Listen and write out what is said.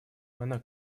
она